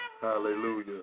Hallelujah